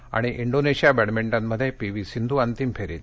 आणि इंडोनेशिया बॅडमिंटनमध्ये पीवी सिंधू अंतिम फेरीत